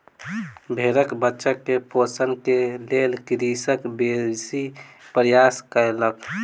भेड़क बच्चा के पोषण के लेल कृषक बेसी प्रयास कयलक